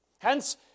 Hence